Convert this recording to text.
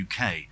UK